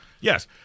Yes